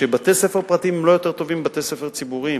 שבתי-ספר פרטיים הם לא יותר טובים מבתי-ספר ציבוריים.